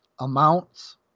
amounts